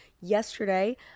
yesterday